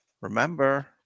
remember